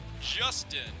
Justin